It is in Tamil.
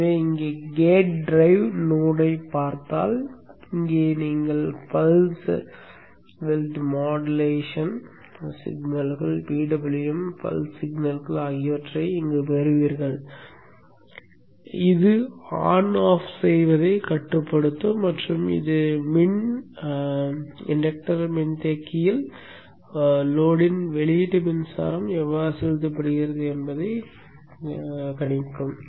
எனவே இங்கே கேட் டிரைவ் நோடைப் பார்த்தால் இங்கே நீங்கள் பல்ஸ் அகலம் மாடுலேட்டட் சிக்னல்கள் பல்ஸ் சிக்னல்கள் ஆகியவற்றைப் பெறுவீர்கள் இது ஆன் ஆஃப் செய்வதைக் கட்டுப்படுத்தும் மற்றும் இது மின் இன்டக்டர் மின்தேக்கியில் லோட்யின் வெளியீட்டு மின்சாரம் எவ்வாறு செலுத்தப்படுகிறது என்பதையும் கட்டுப்படுத்தும்